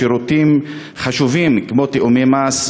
שירותים חשובים כמו תיאומי מס,